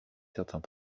certains